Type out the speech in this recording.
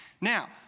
Now